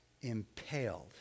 impaled